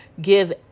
give